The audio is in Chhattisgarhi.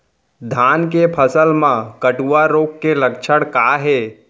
धान के फसल मा कटुआ रोग के लक्षण का हे?